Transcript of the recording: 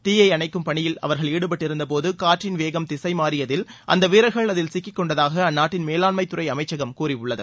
தீயை அணைக்கும் பணியில் அவர்கள் ஈடுபட்டிருந்தபோது காற்றின் வேகம் திசைமாறியதில் அந்த வீரர்கள் அதில் சிக்கிக் கொண்டதாக அந்நாட்டின் மேலாண்மை துறை அமைச்சகம் கூறியுள்ளது